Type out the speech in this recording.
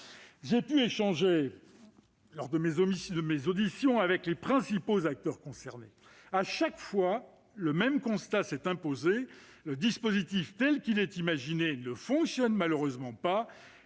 J'ai pu échanger avec les principaux acteurs concernés. Chaque fois, le même constat s'est imposé : le dispositif, tel qu'il est imaginé, ne fonctionne malheureusement pas